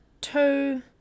two